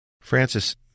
Francis